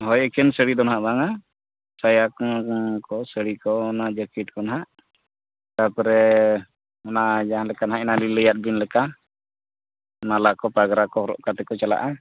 ᱦᱳᱭ ᱮᱠᱮᱱ ᱥᱟᱹᱲᱤ ᱫᱚ ᱱᱟᱦᱟᱜ ᱵᱟᱝ ᱟ ᱥᱟᱭᱟ ᱠᱚ ᱥᱟᱹᱲᱤ ᱠᱚ ᱚᱱᱟ ᱡᱮᱠᱮᱴ ᱠᱚ ᱱᱟᱦᱟᱜ ᱛᱟᱨᱯᱚᱨᱮ ᱚᱱᱟ ᱡᱟᱦᱟᱸ ᱞᱮᱠᱟ ᱱᱟᱦᱟᱜ ᱮᱱᱟᱱ ᱞᱤᱧ ᱞᱟᱹᱭ ᱟᱫ ᱵᱤᱱ ᱞᱮᱠᱟ ᱢᱟᱞᱟ ᱠᱚ ᱯᱟᱜᱽᱨᱟ ᱠᱚ ᱦᱚᱨᱚᱜ ᱠᱟᱛᱮᱫ ᱠᱚ ᱪᱟᱞᱟᱜᱼᱟ